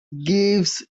gives